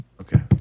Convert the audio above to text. Okay